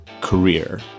career